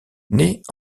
naît